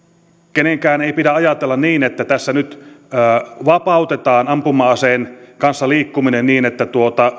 kenenkään ei pidä ajatella niin että tässä nyt vapautetaan ampuma aseen kanssa liikkuminen niin että